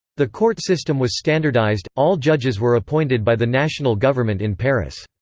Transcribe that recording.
the court system was standardized all judges were appointed by the national government in paris.